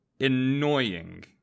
annoying